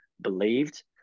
believed